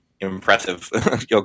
impressive